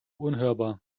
unhörbar